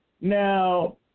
now